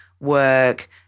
work